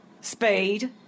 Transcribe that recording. speed